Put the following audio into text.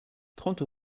trente